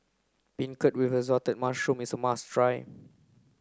Beancurd with Assorted Mushrooms is a must try